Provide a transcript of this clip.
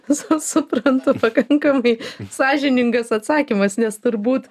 su suprantu pakankamai sąžiningas atsakymas nes turbūt